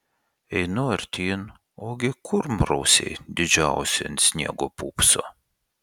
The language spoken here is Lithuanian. einu artyn ogi kurmrausiai didžiausi ant sniego pūpso